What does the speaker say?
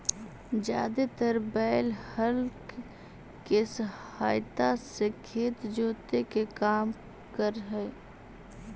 जादेतर बैल हल केसहायता से खेत जोते के काम कर हई